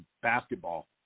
basketball